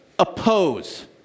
oppose